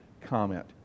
comment